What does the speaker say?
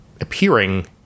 appearing